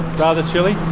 rather chilly,